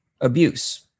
abuse